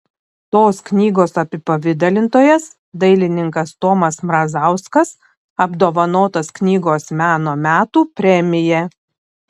tos knygos apipavidalintojas dailininkas tomas mrazauskas apdovanotas knygos meno metų premija